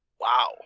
wow